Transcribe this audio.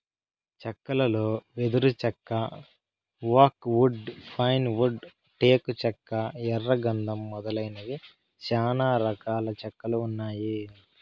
చెక్కలలో వెదురు చెక్క, ఓక్ వుడ్, పైన్ వుడ్, టేకు చెక్క, ఎర్ర గందం మొదలైనవి చానా రకాల చెక్కలు ఉన్నాయి